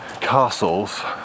castles